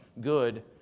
good